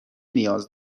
نیاز